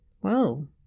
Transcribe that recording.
Whoa